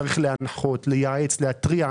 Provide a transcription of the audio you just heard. הוא צריך להנחות, לייעץ, להתריע.